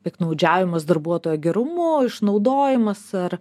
piktnaudžiavimas darbuotojo gerumu išnaudojimas ar